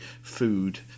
food